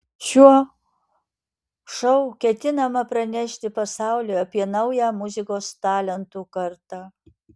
šiuo šou ketinama pranešti pasauliui apie naują muzikos talentų kartą